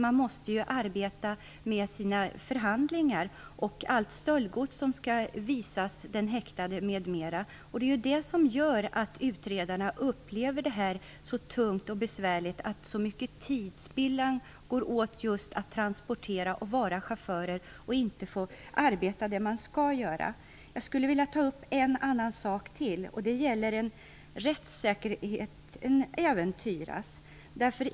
Man måste arbeta med sina förhandlingar, och allt stöldgods skall visas för den häktade m.m. Det är det som gör att utredarna upplever det så tungt och besvärligt. Så mycket tid går åt just till att transportera och vara chaufför, i stället för att arbeta med det man skall göra. Jag skulle vilja ta upp en annan sak. Det gäller att rättssäkerheten äventyras.